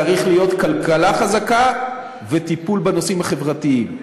צריכים להיות כלכלה חזקה וטיפול בנושאים החברתיים.